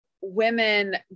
women